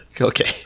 Okay